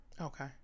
Okay